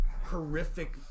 horrific